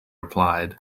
replied